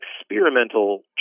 experimental